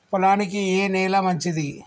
పొలానికి ఏ నేల మంచిది?